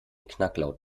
knacklaut